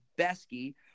Besky